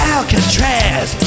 Alcatraz